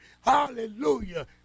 hallelujah